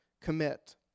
commit